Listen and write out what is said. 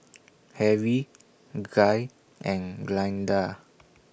Harry Guy and Glynda